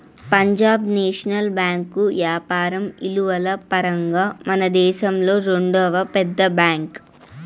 Punjab National Bank యాపారం ఇలువల పరంగా మనదేశంలో రెండవ పెద్ద బ్యాంక్